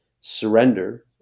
surrender